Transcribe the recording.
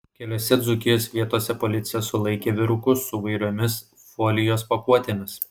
keliose dzūkijos vietose policija sulaikė vyrukus su įvairiomis folijos pakuotėmis